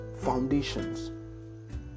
foundations